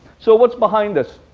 so what's behind this?